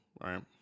right